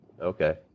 okay